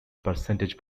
percentage